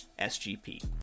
SGP